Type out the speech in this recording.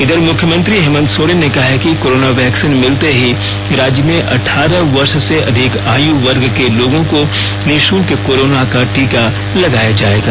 इधर मुख्यमंत्री हेमंत सोरेन ने कहा है कि कोरोना वैक्सीन मिलते ही राज्य में अठारह वर्ष से अधिक आयु वर्ग के लोगों को निषुल्क कोरोना का टीका लगाया जाएगा